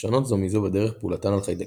השונות זו מזו בדרך פעולתן על חיידקים.